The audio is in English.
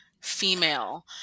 female